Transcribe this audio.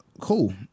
Cool